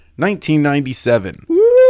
1997